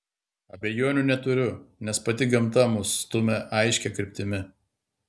abejonių neturiu nes pati gamta mus stumia aiškia kryptimi